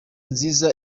nziza